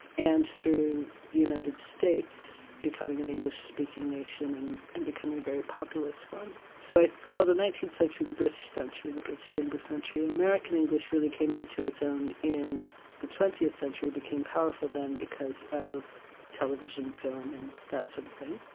and through the united states becoming an english-speaking nation and and becoming a very populous one. so it's called, the nineteenth century, the british century the british english century. american english really came into its own in the twentieth century, became powerful then because of television, film and that sort of thing,